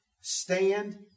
stand